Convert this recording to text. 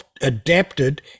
adapted